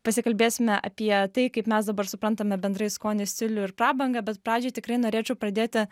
pasikalbėsime apie tai kaip mes dabar suprantame bendrai skonį stilių ir prabangą bet pradžiai tikrai norėčiau pradėti